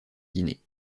guinée